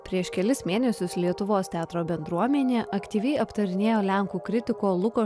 prieš kelis mėnesius lietuvos teatro bendruomenė aktyviai aptarinėjo lenkų kritiko luko